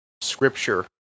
scripture